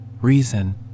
reason